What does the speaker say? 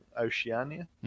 Oceania